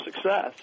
success